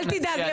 אל תדאג.